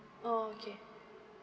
oh okay